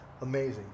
Amazing